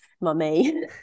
mummy